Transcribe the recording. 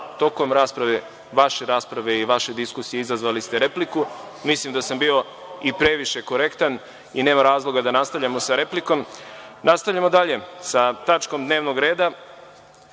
Tokom vaše rasprave i vaše diskusije izazvali ste repliku. Mislim da sam bio i previše korektan i nema razloga da nastavljamo sa replikom. Nastavljamo dalje sa tačkom dnevnog